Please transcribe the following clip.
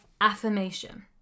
affirmation